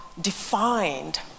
defined